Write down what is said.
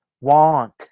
want